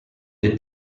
dei